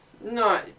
No